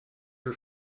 her